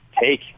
take